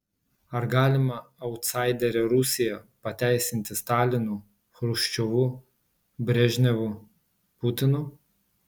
ar galima autsaiderę rusiją pateisinti stalinu chruščiovu brežnevu putinu